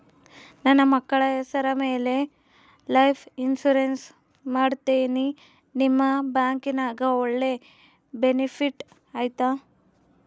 ನನ್ನ ಮಕ್ಕಳ ಹೆಸರ ಮ್ಯಾಲೆ ಲೈಫ್ ಇನ್ಸೂರೆನ್ಸ್ ಮಾಡತೇನಿ ನಿಮ್ಮ ಬ್ಯಾಂಕಿನ್ಯಾಗ ಒಳ್ಳೆ ಬೆನಿಫಿಟ್ ಐತಾ?